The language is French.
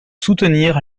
soutenir